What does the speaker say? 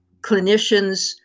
clinicians